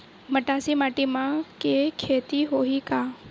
मटासी माटी म के खेती होही का?